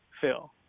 Phil